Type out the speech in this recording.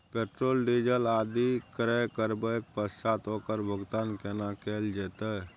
Petrol, diesel आदि क्रय करबैक पश्चात ओकर भुगतान केना कैल जेतै?